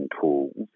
tools